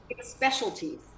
specialties